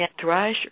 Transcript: thrush